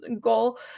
goal